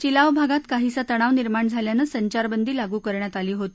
चिलाव भागात काहीसा तणाव निर्माण झाल्यानं संचार बंदी लागू करण्यात आली होती